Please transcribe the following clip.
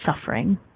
suffering